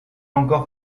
encore